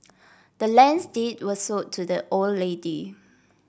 the land's deed was sold to the old lady